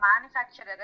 manufacturer